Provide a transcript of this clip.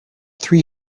three